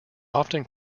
often